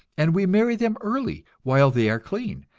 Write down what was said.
and we marry them early while they are clean,